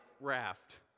raft